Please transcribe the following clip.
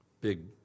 big